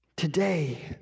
Today